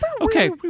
okay